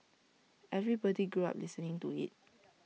everybody grew up listening to IT